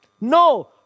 No